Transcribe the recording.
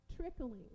trickling